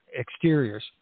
exteriors